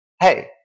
Hey